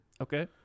Okay